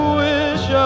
wish